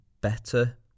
better